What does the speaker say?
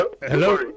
hello